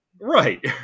Right